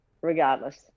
regardless